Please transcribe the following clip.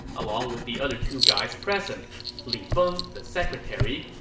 along with the other two guys present li feng, the secretary,